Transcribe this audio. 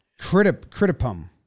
Critipum